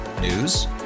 News